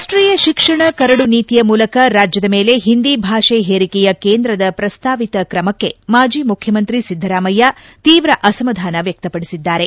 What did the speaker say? ರಾಷ್ಟೀಯ ಶಿಕ್ಷಣ ಕರಡು ನೀತಿಯ ಮೂಲಕ ರಾಜ್ಜದ ಮೇಲೆ ಹಿಂದಿ ಭಾಷೆ ಹೇರಿಕೆಯ ಕೇಂದ್ರದ ಪ್ರಸ್ತಾವಿತ ಕ್ರಮಕ್ಕೆ ಮಾಜಿ ಮುಖ್ಯಮಂತ್ರಿ ಸಿದ್ದರಾಮಯ್ಯ ತೀವ್ರ ಅಸಮಧಾನ ವ್ಯಕ್ತಪಡಿಸಿದ್ದಾರೆ